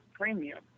premium